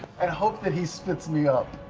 and hope that he spits me up.